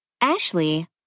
Ashley